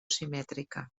simètrica